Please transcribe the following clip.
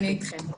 אני איתכם.